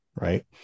Right